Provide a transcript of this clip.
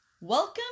welcome